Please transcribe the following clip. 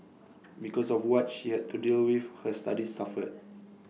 because of what she had to deal with her studies suffered